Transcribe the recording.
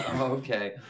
Okay